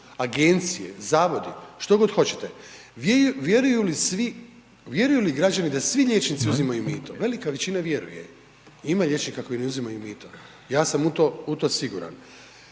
agencije, zavodi, što god hoćete. Vjeruju li građani da svi liječnici uzimaju mito, velika većina vjeruje, ima liječnika koji ne uzimaju mito, ja sam u to siguran.